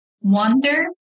wonder